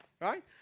Right